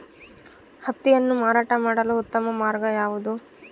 ಹತ್ತಿಯನ್ನು ಮಾರಾಟ ಮಾಡಲು ಉತ್ತಮ ಮಾರ್ಗ ಯಾವುದು?